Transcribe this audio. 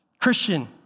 Christian